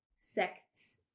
sects